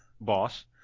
boss